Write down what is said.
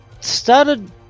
started